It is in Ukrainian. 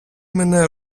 мене